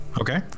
Okay